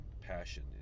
passion